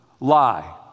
lie